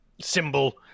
symbol